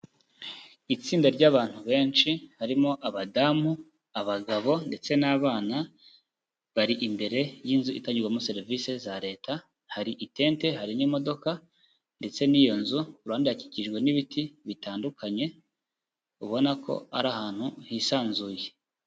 Itsinda ry'abantu benshi harimo abadamu, abagabo ndetse n'abana, bari imbere y'inzu itangirwamo serivisi za Leta, hari itente, hari n'imodoka ndetse n'iyo nzu, kuruhande hakikijwe n'ibiti bitandukanye ubona ko ari ahantu hisanzuye.